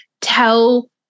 Tell